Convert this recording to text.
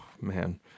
Man